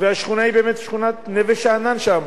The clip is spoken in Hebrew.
והשכונה היא באמת שכונת נווה-שאנן שם.